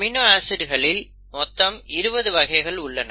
amino ஆசிட்களில் மொத்தம் 20 வகைகள் உள்ளன